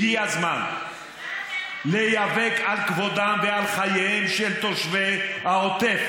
הגיע הזמן להיאבק על כבודם ועל חייהם של תושבי העוטף,